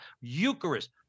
Eucharist